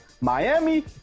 Miami